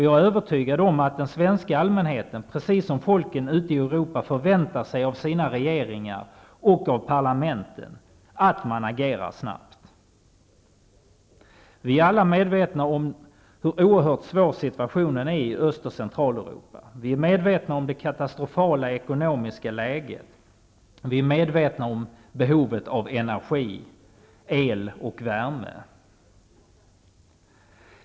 Jag är övertygad om att den svenska allmänheten, precis som folken ute i Europa, förväntar sig av sina regeringar och av parlamenten att de agerar snabbt. Vi är alla medvetna om hur oerhört svår situationen är i Öst och Centraleuropa. Vi är medvetna om det katastrofala ekonomiska läget och om behovet av energi, el och värme.